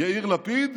יאיר לפיד,